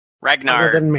Ragnar